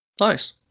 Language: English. Nice